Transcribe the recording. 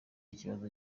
ibibazo